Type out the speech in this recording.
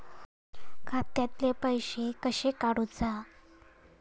खात्यातले पैसे कशे काडूचा?